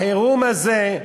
החירום הזה,